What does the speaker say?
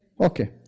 Okay